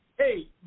Hey